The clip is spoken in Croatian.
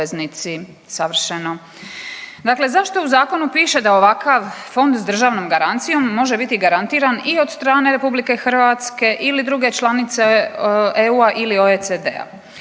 Savršeno! Dakle, zašto u zakonu piše da ovakav fond sa državnom garancijom može biti garantiran i od strane Republike Hrvatske ili druge članice EU-a ili OECD-a?